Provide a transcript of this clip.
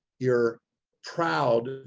you're proud,